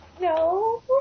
No